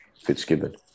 Fitzgibbon